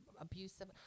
abusive